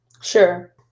Sure